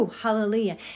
hallelujah